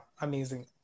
amazing